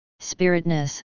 spiritness